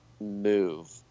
move